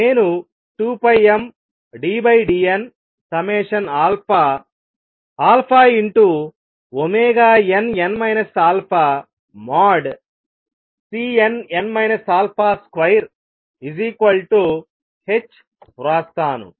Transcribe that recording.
నేను 2πmddnnn α|Cnn α |2h వ్రాస్తాను